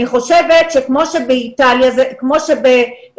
אני חושבת שכמו שבאיטליה פתוח,